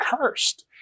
cursed